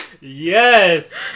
Yes